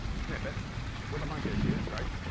snippet with a bunch of issues. right?